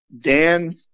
Dan